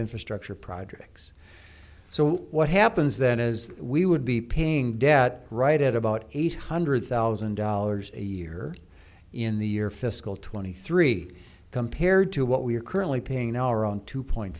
infrastructure projects so what happens then is we would be paying debt right at about eight hundred thousand dollars a year in the year fiscal two thousand and three compared to what we are currently paying our own two point